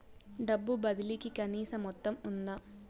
డబ్బు బదిలీ కి కనీస మొత్తం ఉందా?